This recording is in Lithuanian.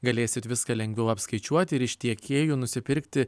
galėsit viską lengviau apskaičiuoti ir iš tiekėjų nusipirkti